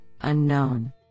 unknown